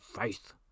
faith